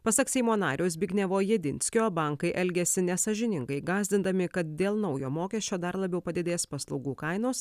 pasak seimo nario zbignevo jedinskio bankai elgiasi nesąžiningai gąsdindami kad dėl naujo mokesčio dar labiau padidės paslaugų kainos